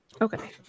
Okay